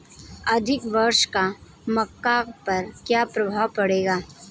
अधिक वर्षा का मक्का पर क्या प्रभाव पड़ेगा?